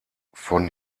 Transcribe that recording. von